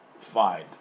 find